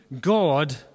God